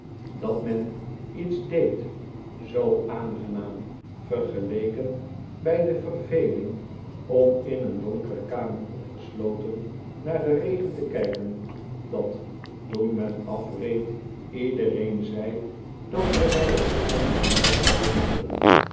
dat men iets deed zoo aangenaam vergeleken bij de verveling om in een donkere kamer opgesloten naar den regen te kijken dat toen men afreed iedereen zei dat zij bij de verandering veel gewonnen hadden